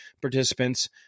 participants